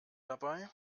dabei